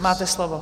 Máte slovo.